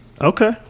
Okay